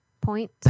Point